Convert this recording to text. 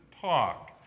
talk